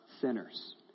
sinners